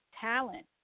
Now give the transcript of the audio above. talent